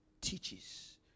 teaches